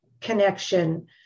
connection